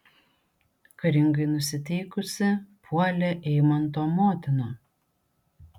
karingai nusiteikusi puolė eimanto motina